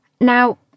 Now